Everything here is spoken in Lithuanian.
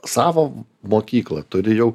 savo mokyklą turi jau